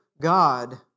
God